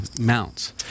mounts